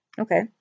Okay